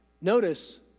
notice